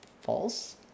false